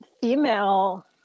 female